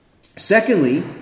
Secondly